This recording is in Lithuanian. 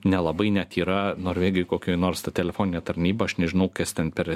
nelabai net yra norvegijoj kokioj nors ta telefoninė tarnyba aš nežinau kas ten per